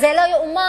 זה לא ייאמן